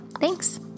Thanks